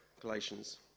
Galatians